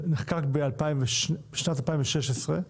שנחקק בשנת 2016,